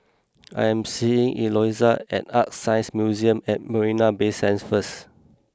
I am seeing Eloisa at ArtScience Museum at Marina Bay Sands first